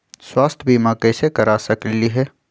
स्वाथ्य बीमा कैसे करा सकीले है?